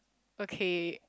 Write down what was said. okay